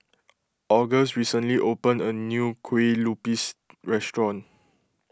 August recently opened a new Kue Lupis restaurant